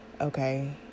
okay